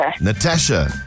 Natasha